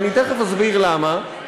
ואני תכף אסביר למה,